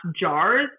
jars